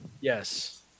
Yes